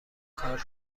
کار